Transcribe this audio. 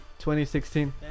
2016